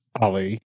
Ali